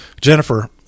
Jennifer